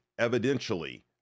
evidentially